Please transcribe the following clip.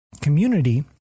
community